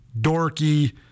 dorky